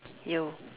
you